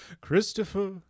Christopher